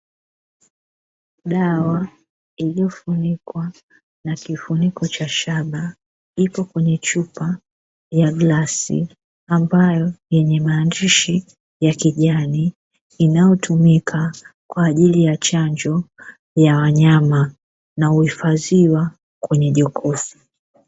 Dawa iliyofunikwa na kifuniko cha shaba ikiwa ya glasi ikiwa na maandishi ya kijani, inayotumika kwa ajili ya chanjo ya wanyama na imehifadhiwa ndani ya jokofu.